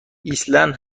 ایسلند